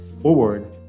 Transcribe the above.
forward